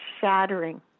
shattering